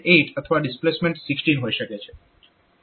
તમે જોશો કે અહીં ડિસ્પ્લેસમેન્ટ 8 છે